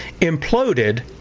imploded